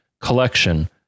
collection